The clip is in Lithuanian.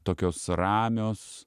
tokios ramios